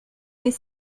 n’est